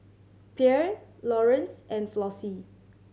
Pierre Lawrance and Flossie